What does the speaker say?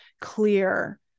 clear